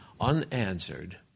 unanswered